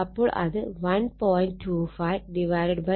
അപ്പോൾ അത് 1